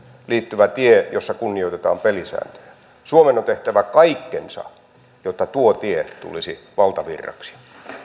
liittyvä tie jossa kunnioitetaan pelisääntöjä suomen on tehtävä kaikkensa jotta tuo tie tulisi valtavirraksi